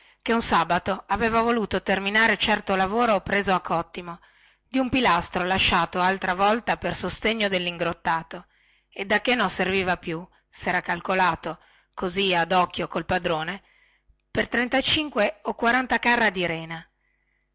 che un sabato aveva voluto terminare certo lavoro preso a cottimo di un pilastro lasciato altra volta per sostegno nella cava e che ora non serviva più e sera calcolato così ad occhio col padrone per o carra di rena